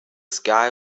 sky